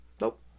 nope